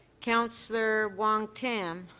councillor wong-tam,